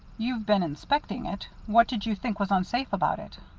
you've been inspecting it. what did you think was unsafe about it?